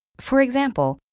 for example,